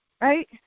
right